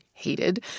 hated